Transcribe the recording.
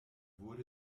wurde